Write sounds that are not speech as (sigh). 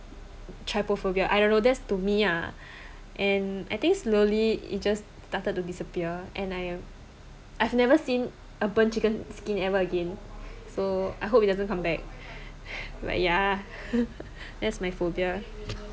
tripophobia I don't know that's to me lah I think slowly it just started to disappear and I I've never seen a burnt chicken skin ever again so I hope it doesn't come back (laughs) but yeah that's my phobia